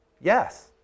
yes